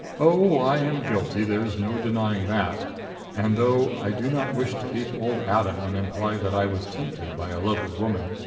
oh, i am guilty there is no denying that and, though i do not wish to ape old adam and imply that i was tempted by a lovely woman,